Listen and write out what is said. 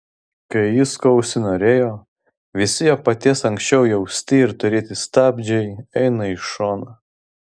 kai jis ko užsinorėjo visi jo paties anksčiau jausti ir turėti stabdžiai eina į šoną